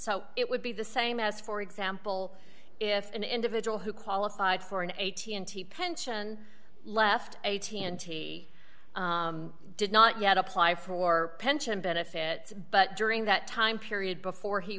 so it would be the same as for example if an individual who qualified for an eighty n t pension left a t n t did not yet apply for pension benefits but during that time period before he